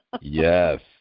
Yes